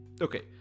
Okay